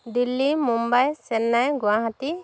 Delhi Mumbai Chennai Guwahati